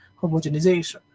homogenization